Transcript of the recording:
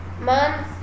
Mom